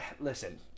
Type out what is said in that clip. listen